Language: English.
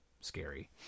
scary